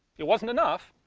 it wasn't enough,